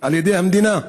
על ידי המדינה.